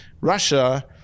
Russia